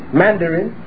mandarin